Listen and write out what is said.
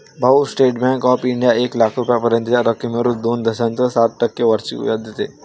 भाऊ, state bank of India एक लाख रुपयांपर्यंतच्या रकमेवर दोन दशांश सात टक्के वार्षिक व्याज देते